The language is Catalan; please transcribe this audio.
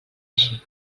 així